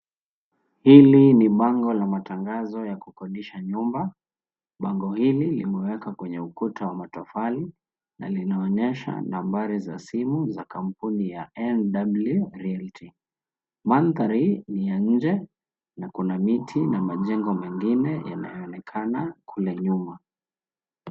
Hili ni bango la matangazo ya kukodisha nyumba. Bango hili limemekwa kwenye ukuta wa matofali na linaonyesha nambari za simu za kampuni ya NW reallite . Mandhari ni ya nje na kuna miti na majengo mengine yanaonekana kule nyuma.